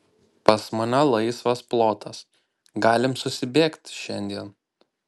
pas mane laisvas plotas galim susibėgt šiandien